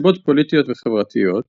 מסיבות פוליטיות וחברתיות,